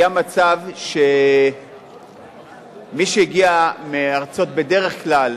היה מצב שמי שהגיעו בדרך כלל